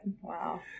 Wow